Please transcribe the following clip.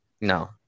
No